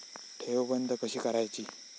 ठेव बंद कशी करायची?